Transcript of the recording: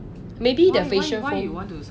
maybe the facial foam